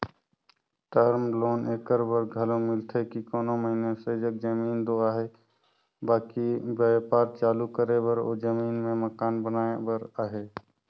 term loan एकर बर घलो मिलथे कि कोनो मइनसे जग जमीन दो अहे बकि बयपार चालू करे बर ओ जमीन में मकान बनाए बर अहे